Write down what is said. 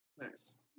Nice